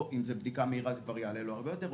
או אם זו בדיקה מהירה זה כבר יעלה לו הרבה יותר,